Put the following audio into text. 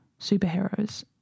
superheroes